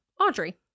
Audrey